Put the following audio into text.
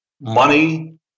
money